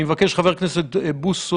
אני מבקש מחבר הכנסת בוסו,